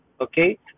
okay